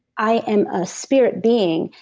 i am a spirit being,